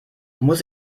muss